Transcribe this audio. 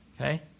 Okay